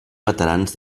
veterans